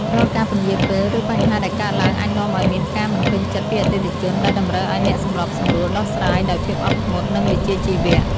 រាល់ការពន្យារពេល ឬបញ្ហាដែលកើតឡើងអាចនាំឱ្យមានការមិនពេញចិត្តពីអតិថិជន ដែលតម្រូវឱ្យអ្នកសម្របសម្រួលដោះស្រាយដោយភាពអត់ធ្មត់ និងវិជ្ជាជីវៈ។